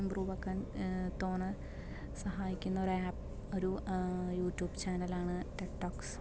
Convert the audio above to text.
improve ആക്കാൻ തോനെ സഹായിക്കുന്നൊരു ഒരു ആപ്പ് ഒരു യൂട്യൂബ് ചാനലാണ് ഡെഡ് ടോക്സ്